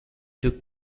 took